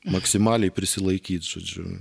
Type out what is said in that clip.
maksimaliai prisilaikyt žodžiu